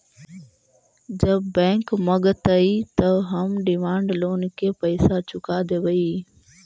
जब बैंक मगतई त हम डिमांड लोन के पैसा चुका देवई